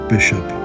Bishop